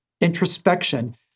introspection